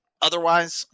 Otherwise